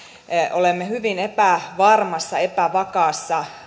olemme hyvin epävarmassa epävakaassa